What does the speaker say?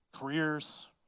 careers